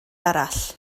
arall